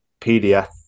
PDF